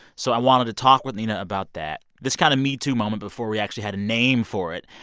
so i wanted to talk with nina about that, this kind of metoo moment before we actually had a name for it.